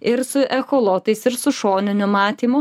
ir su echolotais ir su šoniniu matymu